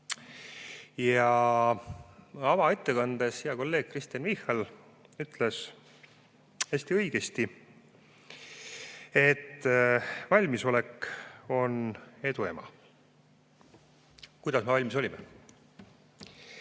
Avaettekandes hea kolleeg Kristen Michal ütles hästi õigesti, et valmisolek on edu ema. Kuidas me valmis olime?